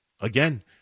again